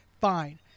fine